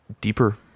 Deeper